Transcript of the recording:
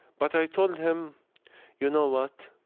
but i told him you know what,